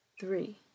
three